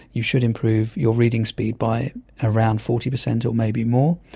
you should improve your reading speed by around forty percent or maybe more,